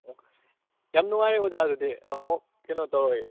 ꯑꯣ ꯌꯥꯝ ꯅꯨꯡꯉꯥꯏꯔꯦ ꯑꯣꯖꯥ ꯑꯗꯨꯗꯨꯤ ꯑꯃꯨꯛ ꯀꯩꯅꯣ ꯇꯧꯔꯒꯦ